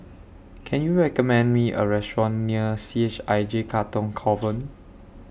Can YOU recommend Me A Restaurant near C H I J Katong Convent